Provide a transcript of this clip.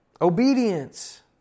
obedience